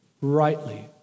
rightly